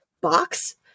box